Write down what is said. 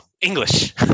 English